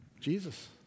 Jesus